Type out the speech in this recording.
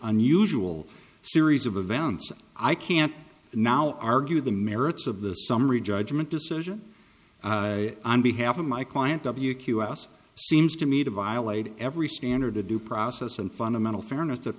unusual series of events i can't now argue the merits of the summary judgment decision on behalf of my client w q s seems to me to violate every standard to due process and fundamental fairness